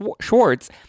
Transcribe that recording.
Schwartz